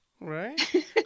right